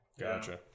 gotcha